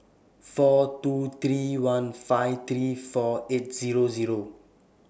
four two three one five three four eight Zero Zero